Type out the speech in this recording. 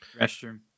Restroom